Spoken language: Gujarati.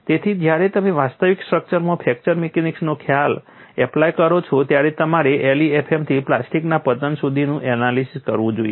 તેથી જ્યારે તમે વાસ્તવિક સ્ટ્રક્ચરમાં ફ્રેક્ચર મિકેનિક્સનો ખ્યાલ એપ્લાય કરો છો ત્યારે તમારે LEFM થી પ્લાસ્ટિકના પતન સુધીનું એનાલિસીસ કરવું જોઈએ